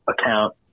account